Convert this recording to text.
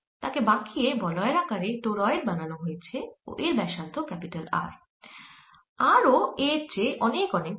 তাকে বাঁকিয়ে বলয়ের আকারে টোরয়েড বানানো হয়েছে ও এর ব্যাসার্ধ R ও a এর থেকে অনেক অনেক বড়